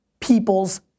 people's